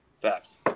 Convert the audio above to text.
facts